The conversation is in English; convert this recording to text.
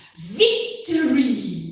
victory